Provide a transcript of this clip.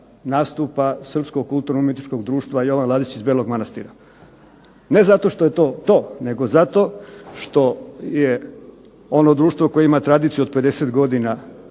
nastupa srpskog kulturno-umjetničkog društva Jovan Ladić iz Belog Manastira. Ne zato što je to to, nego zato što je ono društvo koje ima tradiciju od 50 godina